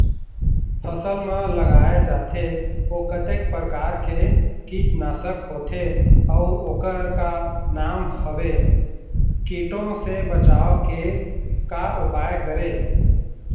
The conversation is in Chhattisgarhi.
फसल म लगाए जाथे ओ कतेक प्रकार के कीट नासक होथे अउ ओकर का नाम हवे? कीटों से बचाव के का उपाय करें?